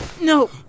No